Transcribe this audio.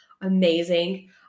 amazing